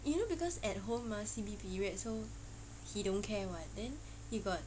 you know because at home mah C_B period so he don't care [what] then he got